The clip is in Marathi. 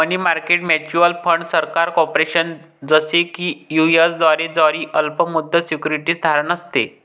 मनी मार्केट म्युच्युअल फंड सरकार, कॉर्पोरेशन, जसे की यू.एस द्वारे जारी अल्प मुदत सिक्युरिटीज धारण असते